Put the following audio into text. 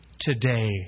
today